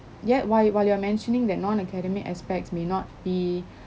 yet while while you're mentioning that non academic aspects may not be